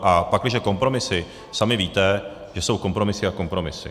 A pakliže kompromisy, sami víte, že jsou kompromisy a kompromisy.